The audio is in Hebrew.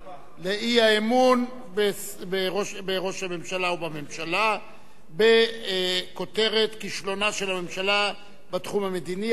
לאי-אמון בראש הממשלה ובממשלה בכותרת: כישלונה של הממשלה בתחום המדיני,